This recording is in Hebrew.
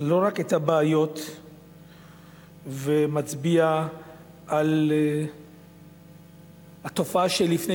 לא רק את הבעיות ומצביע על התופעה שלפני